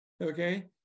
okay